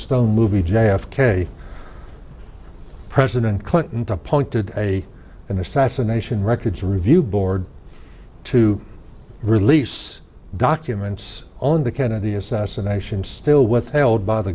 stone movie j f k president clinton to appointed a an assassination records review board to release documents on the kennedy assassination still withheld by the